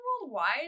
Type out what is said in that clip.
Worldwide